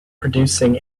producing